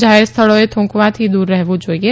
જાહેર સ્થળોએ થુંકવાથી દૂર રહેવું જોઇએ